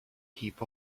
heap